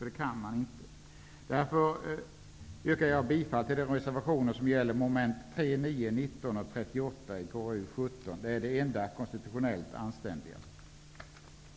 Det kan man nämligen inte göra. Jag yrkar bifall till reservationerna under mom. 3, Det är det enda konstitutionellt anständiga som man kan göra.